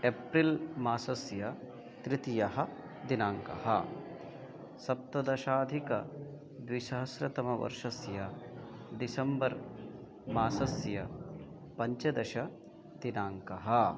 April मासस्य तृतीयः दिनाङ्कः सप्तदशाधिकद्विसहस्रतमवर्षस्य डिसेम्बर् मासस्य पञ्चदशदिनाङ्कः